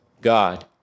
God